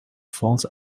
false